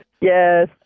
Yes